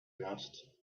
asked